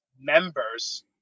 members